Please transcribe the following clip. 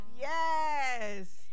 Yes